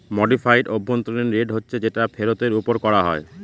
modified অভ্যন্তরীন rate হচ্ছে যেটা ফেরতের ওপর করা হয়